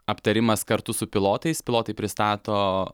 aptarimas kartu su pilotais pilotai pristato